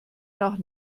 nach